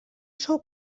sou